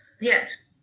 Yes